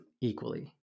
equally